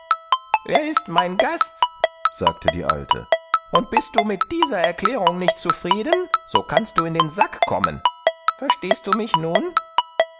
er ist mein gast sagte die alte und bist du mit dieser erklärung nicht zufrieden so kannst du in den sack kommen verstehst du mich nun